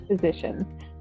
physicians